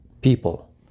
people